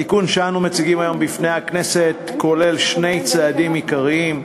התיקון שאנו מציגים היום בפני הכנסת כולל שני צעדים עיקריים: